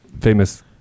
famous